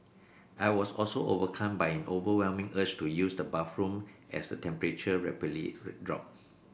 I was also overcome by an overwhelming urge to use the bathroom as the temperature rapidly dropped